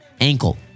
ankle